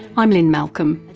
i'm lynne malcolm.